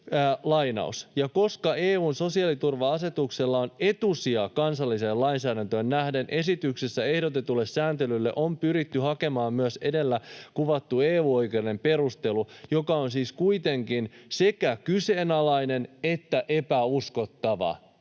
”Ja koska EU:n sosiaaliturva-asetuksella on etusija kansalliseen lainsäädäntöön nähden, esityksessä ehdotetulle sääntelylle on pyritty hakemaan myös edellä kuvattu EU-oikeudellinen perustelu, joka on siis kuitenkin sekä kyseenalainen että epäuskottava.”